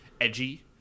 edgy